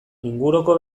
inguruko